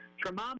Tremont